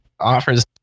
offers